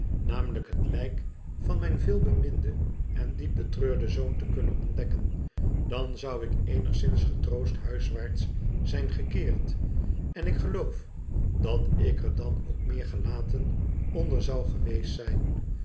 namelijk het lijk van mijn veelbeminden en diep betreurden zoon te kunnen ontdekken dan zou ik eenigszins getroost huiswaarts zijn gekeerd en ik geloof dat ik er dan ook meer gelaten onder zou geweest zijn